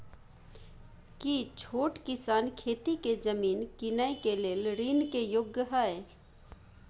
की छोट किसान खेती के जमीन कीनय के लेल ऋण के योग्य हय?